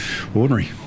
ordinary